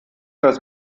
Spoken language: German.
das